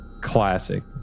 Classic